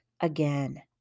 again